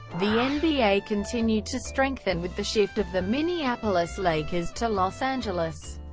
the and nba continued to strengthen with the shift of the minneapolis lakers to los angeles,